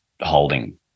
holding